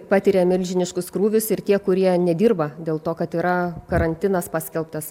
patiria milžiniškus krūvius ir tie kurie nedirba dėl to kad yra karantinas paskelbtas